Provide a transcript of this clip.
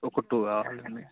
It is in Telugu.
ఒక టూ కావాలండి